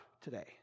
today